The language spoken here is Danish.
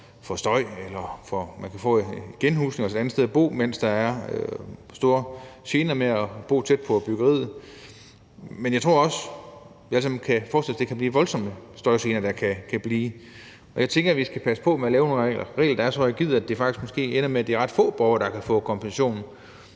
for støj, eller at man kan få en genhusning, altså et andet sted at bo, mens der er store gener ved at bo tæt på byggeriet. Men jeg tror også, at vi alle sammen kan forestille os, at det kan være voldsomme støjgener, der kan blive, og jeg tænker, at vi skal passe på med at lave nogle regler, der er så rigide, at det faktisk måske ender med, at det er ret få borgere, der kan få kompensationen